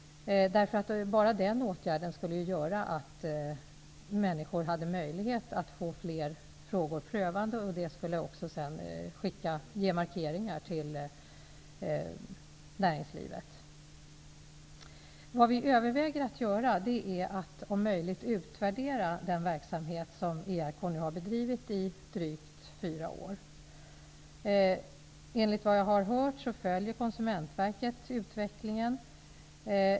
Enbart en sådan uppgift skulle göra att människor skulle erhålla möjlighet att få fler frågor prövade, vilket skulle leda till fler markeringar för näringslivet. Vad vi överväger att göra är att om möjligt utvärdera den verksamhet som ERK nu har bedrivit i drygt fyra år. Enligt vad jag har hört följer Konsumentverket utvecklingen.